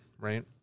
right